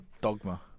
Dogma